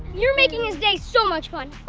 you're making this day so much fun!